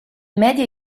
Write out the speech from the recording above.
media